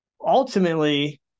Ultimately